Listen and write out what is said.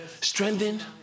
strengthened